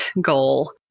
goal